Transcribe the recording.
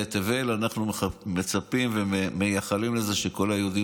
אנחנו מצפים ומייחלים לזה שכל היהודים